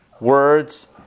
words